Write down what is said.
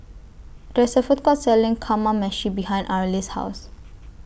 There IS A Food Court Selling Kamameshi behind Arlis' House